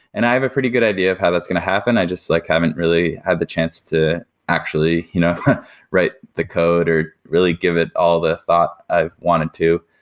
and i have a pretty good idea of how that's going to happen. i just like haven't really had the chance to actually you know write the code, or really give it all the thought i've wanted to.